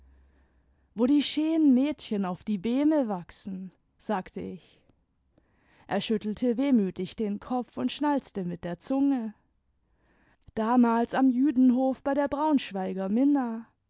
wo die scheenen mädchen auf die beeme wachsen sagte ich er schüttelte wehmütig den kopf und schnalzte mit der zunge damals am jüdenhof bei der braunschweiger minna